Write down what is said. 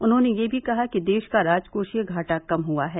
उन्होंने यह भी कहा कि देश का राजकोषीय घाटा कम हुआ है